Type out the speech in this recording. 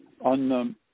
on